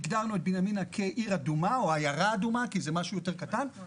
הגדרנו את בנימינה כעיירה אדומה, וזה היה